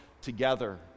together